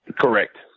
Correct